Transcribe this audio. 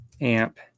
amp